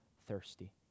thirsty